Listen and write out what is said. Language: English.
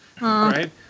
right